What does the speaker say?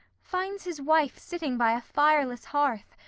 finds his wife sitting by a fireless hearth,